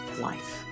life